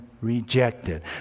rejected